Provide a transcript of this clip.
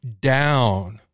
down